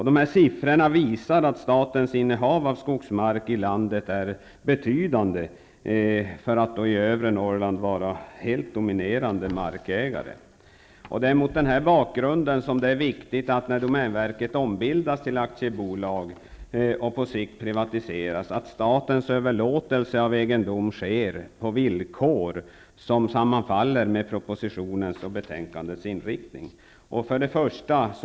De här siffrorna visar att statens innehav av skogsmark i landet är betydande, för att i övre Norrland vara helt dominerande. Det är mot denna bakgrund som det är viktigt att statens överlåtelse av egendom sker på villkor som sammanfaller med propositionens och betänkandets inriktning, när domänverket ombildas till aktiebolag och på sikt privatiseras.